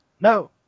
No